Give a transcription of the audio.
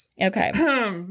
Okay